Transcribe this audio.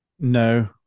No